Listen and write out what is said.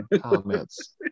comments